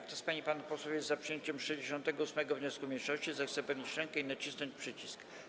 Kto z pań i panów posłów jest za przyjęciem 68. wniosku mniejszości, zechce podnieść rękę i nacisnąć przycisk.